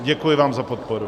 Děkuji vám za podporu.